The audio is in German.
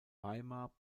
weimar